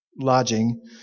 lodging